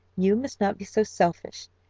you must not be so selfish.